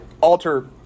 Alter